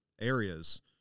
areas